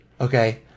Okay